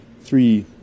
three